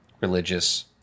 religious